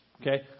Okay